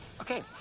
Okay